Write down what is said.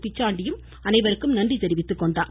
பிச்சாண்டியும் நன்றி தெரிவித்துக்கொண்டார்